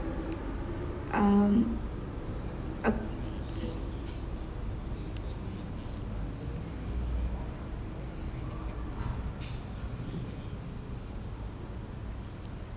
um uh